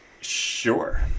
Sure